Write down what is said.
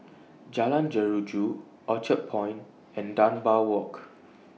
Jalan Jeruju Orchard Point and Dunbar Walk